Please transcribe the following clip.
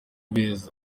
beza